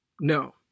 No